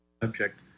subject